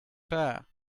fair